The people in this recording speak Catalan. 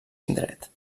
indret